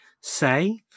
say